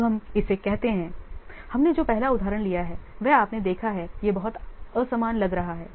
अब हम इसे कहते हैं हमने जो पहला उदाहरण लिया है वह आपने देखा है यह बहुत असमान लग रहा है